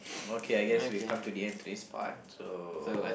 okay I guess we've come to the end today's part so